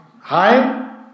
Hi